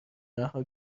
رها